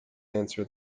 answer